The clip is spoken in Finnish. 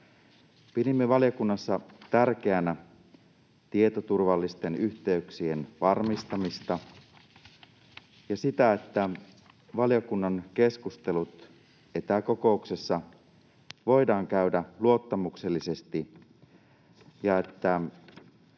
Pidimme valiokunnassa tärkeänä tietoturvallisten yhteyksien varmistamista ja sitä, että valiokunnan keskustelut etäkokouksessa voidaan käydä luottamuksellisesti ja että